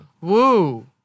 Woo